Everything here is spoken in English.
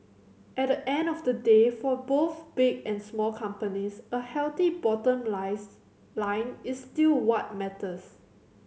at the end of the day for both big and small companies a healthy bottom lines line is still what matters